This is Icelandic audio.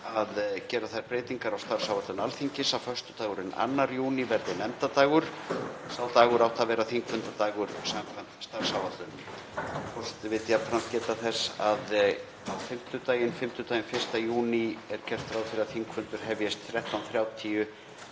að gera þær breytingar á starfsáætlun Alþingis að föstudagurinn 2. júní verði nefndadagur. Sá dagur átti að vera þingfundadagur samkvæmt starfsáætlun. Forseti vill jafnframt geta þess að á fimmtudaginn 1. júní er gert ráð fyrir að þingfundur hefjist 13.30